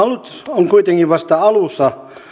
on kuitenkin vasta alussa